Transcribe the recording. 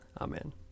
Amen